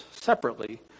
separately